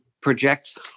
project